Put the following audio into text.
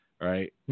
Right